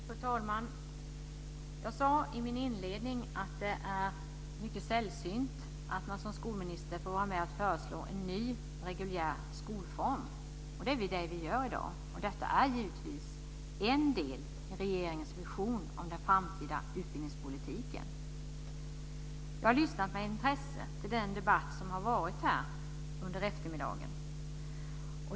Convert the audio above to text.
Fru talman! Jag sade i min inledning att det är mycket sällsynt att man som skolminister får vara med om att föreslå en ny reguljär skolform. Det är det vi gör i dag. Detta är givetvis en del i regeringens vision om den framtida utbildningspolitiken. Jag har lyssnat med intresse till den debatt som har förts under eftermiddagen.